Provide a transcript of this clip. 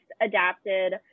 adapted